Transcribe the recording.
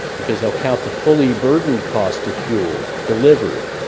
because they'll count the fully burdened cost of fuel delivered,